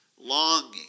longing